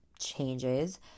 changes